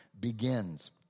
begins